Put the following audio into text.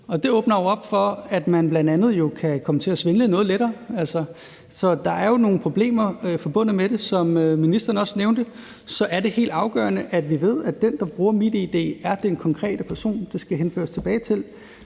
Det åbner jo op for, at man bl.a. kan komme til at svindle noget lettere, så der er jo nogle problemer forbundet med det. Som ministeren også nævnte, er det helt afgørende, at vi ved, at den, der bruger et givent MitID, er den konkrete person, det skal henføres til.